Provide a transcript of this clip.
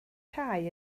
cae